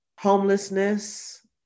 homelessness